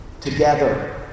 together